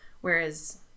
whereas